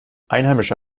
einheimische